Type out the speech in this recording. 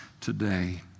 today